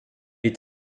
est